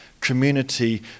community